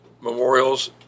memorials